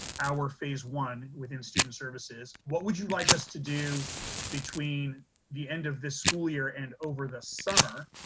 our phase one within student services, what would you like us to do between the end of this school year and over the summer?